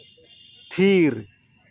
ᱛᱷᱤᱨ